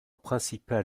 principal